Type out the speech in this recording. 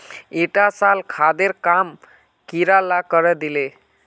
ईटा साल खादेर काम कीड़ा ला करे दिले